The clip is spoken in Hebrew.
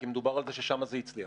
כי מדובר על זה ששם זה הצליח.